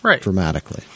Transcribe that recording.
dramatically